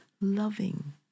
loving